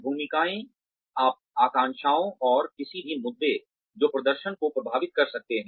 भूमिकाएँ आकांक्षाओं और किसी भी मुद्दे जो प्रदर्शन को प्रभावित कर सकते हैं